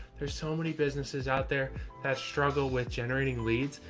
there's so many businesses out there that struggle with generating leads.